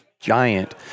giant